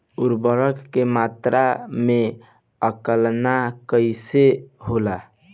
उर्वरक के मात्रा में आकलन कईसे होला?